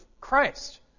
Christ